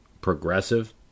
progressive